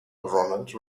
ronald